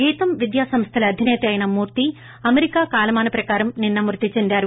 గీతం విద్యాసంస్లల అధిసేత ఐన మూర్తి అమెరికా కాలమాన ప్రకారం నిన్స మృతి చెందారు